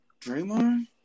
Draymond